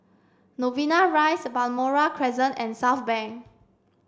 Novena Rise Balmoral Crescent and Southbank